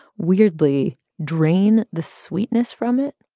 weirdly drain the sweetness from it?